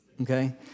okay